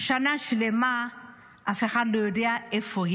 שנה שלמה אף אחד לא יודע איפה היא.